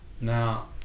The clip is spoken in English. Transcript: now